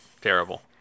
terrible